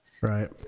Right